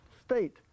state